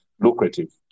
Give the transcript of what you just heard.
lucrative